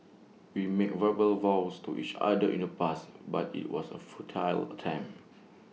we made verbal vows to each other in the past but IT was A futile attempt